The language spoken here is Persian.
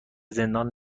زندان